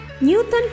Newton